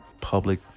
Public